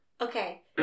Okay